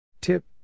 Tip